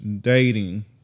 dating